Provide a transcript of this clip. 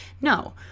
no